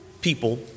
people